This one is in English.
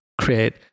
create